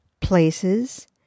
places